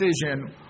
decision